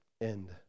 end